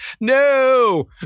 No